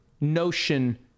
notion